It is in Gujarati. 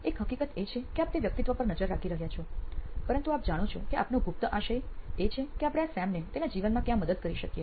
એક હકીકત એ છે કે આપ તે વ્યક્તિ પર નજર રાખી રહ્યા છો પરંતુ આપ જાણો છો કે આપનો ગુપ્ત આશય એ છે કે આપણે આ સેમને તેના જીવનમાં ક્યાં મદદ કરી શકીએ